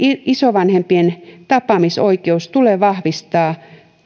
isovanhempien tapaamisoikeutta tulee vahvistaa